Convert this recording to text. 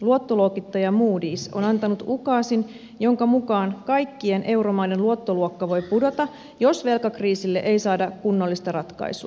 luottoluokittaja moodys on antanut ukaasin jonka mukaan kaikkien euromaiden luottoluokka voi pudota jos velkakriisille ei saada kunnollista ratkaisua